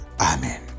Amen